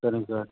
சரிங்க சார்